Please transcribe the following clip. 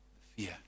Fear